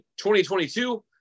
2022